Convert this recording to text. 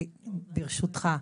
ברשותך.